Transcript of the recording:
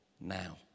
now